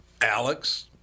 Alex